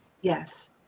Yes